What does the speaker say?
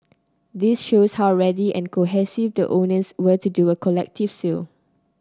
this shows how ready and cohesive the owners were to do a collective sale